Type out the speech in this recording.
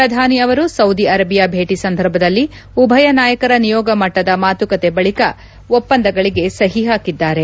ಪ್ರಧಾನಿ ಅವರು Saudi Arabia ಭೇಟಿ ಸಂದರ್ಭದಲ್ಲಿ ಉಭಯ ನಾಯಕರ ನಿಯೋಗ ಮಟ್ಟದ ಮಾತುಕತೆ ಬಳಿಕ ಒಪ್ಪಂದಗಳಿಗೆ ಸಹಿ ಹಾಕಿದ್ದಾರೆ